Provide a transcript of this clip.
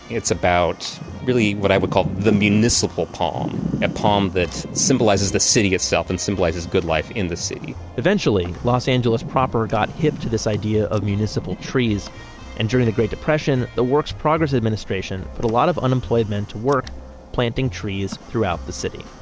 it's about, really, what i would call the municipal palm. a palm that symbolizes the city itself and symbolizes good life in the city eventually, los angeles proper got hipped to this idea of municipal trees and during the great depression, the works progress administration put a lot of unemployed men to work planting trees throughout the city